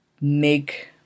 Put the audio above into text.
make